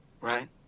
right